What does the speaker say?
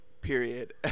period